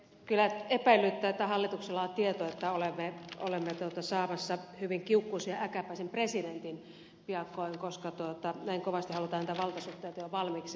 kyllä epäilyttää että hallituksella on tieto että olemme saamassa hyvin kiukkuisen ja äkäpäisen presidentin piakkoin koska näin kovasti halutaan näitä valtasuhteita jo valmiiksi olla muuttamassa